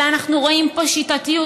אלא אנחנו רואים פה שיטתיות.